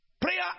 Prayer